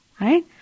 right